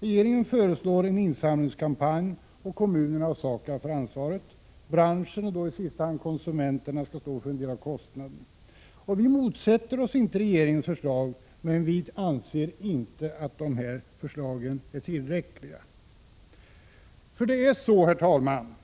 Regeringen föreslår en insamlingskampanj, och kommunerna och SAKAB får ansvaret. Branschen, och i sista hand konsumenterna, skall stå för en del av kostnaderna. Vi motsätter oss inte regeringens förslag, men vi anser inte att de är tillräckliga. Herr talman!